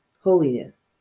holiness